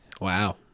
Wow